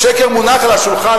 לשקר מונח על השולחן,